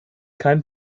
kein